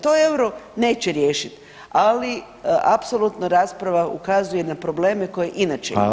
To euro neće riješiti, ali apsolutno rasprava ukazuje na probleme koje inače